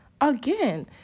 again